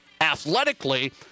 athletically